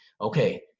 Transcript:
Okay